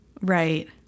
right